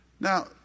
Now